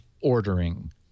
ordering